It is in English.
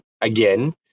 again